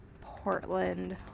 Portland